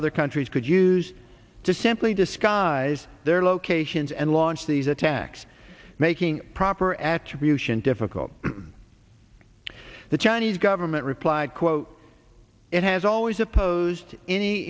other countries could use to simply disguise their locations and launch these attacks making proper attribution difficult the chinese government replied quote it has always opposed any